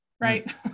right